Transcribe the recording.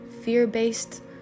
fear-based